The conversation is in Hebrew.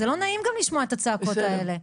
זה לא נעים גם לשמוע את הצעקות האלה.